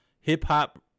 hip-hop